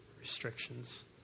restrictions